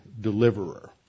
deliverer